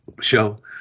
show